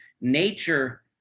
nature